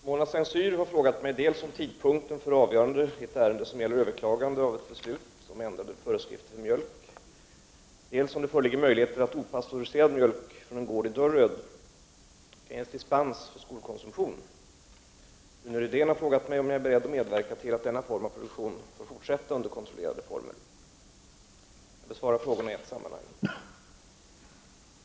Herr talman! Mona Saint Cyr har frågat mig dels om tidpunkten för avgörande i ett ärende som gäller överklagande av ett beslut om ändrade föreskrifter om mjölk m.m., dels om det föreligger möjligheter att opastöriserad mjölk från en gård i Dörröd kan ges dispens för skolkonsumtion. Rune Rydén har frågat mig om jag är beredd att medverka till att denna form av produktion får fortsätta under kontrollerade former. Jag besvarar frågorna i ett sammanhang.